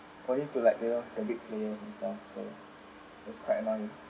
for you to like you know the big players and stuff it's quite annoying